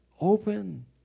Open